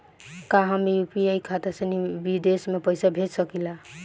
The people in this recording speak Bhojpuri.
का हम यू.पी.आई खाता से विदेश म पईसा भेज सकिला?